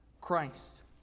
Christ